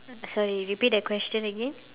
sorry repeat that question again